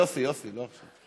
יוסי, יוסי, לא עכשיו.